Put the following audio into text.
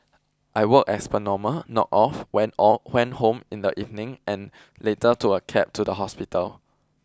I worked as per normal knocked off went went home in the evening and later took a cab to the hospital